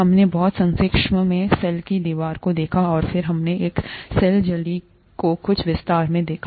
हमने बहुत संक्षेप में सेल की दीवार को देखा और फिर हमने सेल झिल्ली को कुछ विस्तार से देखा